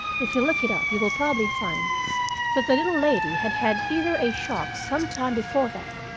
if you'll look it up you will probably find that the little lady had had either a shock sometime before that,